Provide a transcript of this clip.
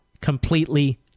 completely